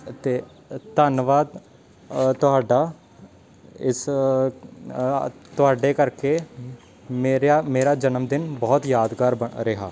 ਅਤੇ ਅ ਧੰਨਵਾਦ ਤੁਹਾਡਾ ਇਸ ਤੁਹਾਡੇ ਕਰਕੇ ਮੇਰਿਆ ਮੇਰਾ ਜਨਮ ਦਿਨ ਬਹੁਤ ਯਾਦਗਾਰ ਬ ਰਿਹਾ